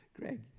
Greg